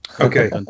Okay